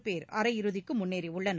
பேர் அரையிறுதிக்கு முன்னேறியுள்ளனர்